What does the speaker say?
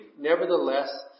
nevertheless